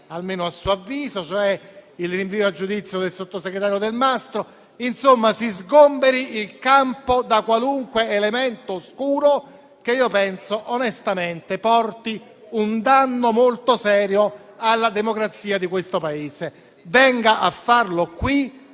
almeno a suo avviso, cioè il rinvio a giudizio del sottosegretario Delmastro. Insomma, si sgomberi il campo da qualunque elemento oscuro che io penso onestamente porti un danno molto serio alla democrazia di questo Paese. Venga a farlo in